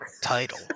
title